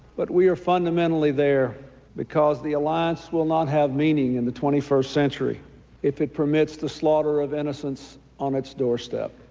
but we are fundamentally there because the alliance will not have meaning in the twenty first century if it permits the slaughter of innocents on its doorstep.